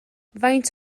faint